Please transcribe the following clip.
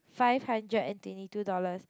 five hundred and twenty two dollars